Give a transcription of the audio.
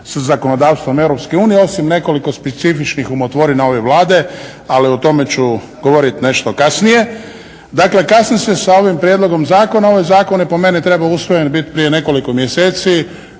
sa zakonodavstvom EU osim nekoliko specifičnih umotvorina ove Vlade, ali o tome ću govoriti nešto kasnije. Dakle kasni se sa ovim prijedlogom zakona, ovaj zakon je po meni trebao biti usvojen prije nekoliko mjeseci